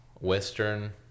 Western